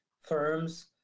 firms